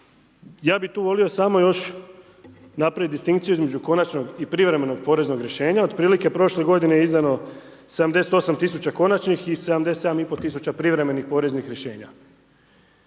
Ja bih tu volio samo još napravit distinkciju između konačnog i privremenog poreznog rješenja, otprilike prošle godine je izdano 78 000 konačnih i 77 i pol privremenih poreznih rješenja.